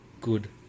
good